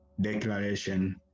Declaration